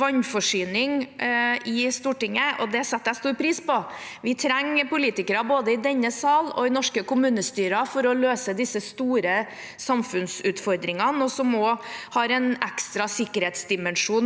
vannforsyning i Stortinget, og det setter jeg stor pris på. Vi trenger politikere, både i denne sal og i norske kommunestyrer, for å løse disse store samfunnsutfordringene som også har en ekstra sikkerhetsdimensjon